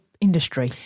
industry